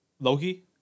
Loki